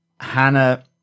hannah